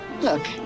Look